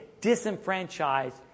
disenfranchised